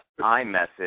iMessage